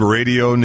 Radio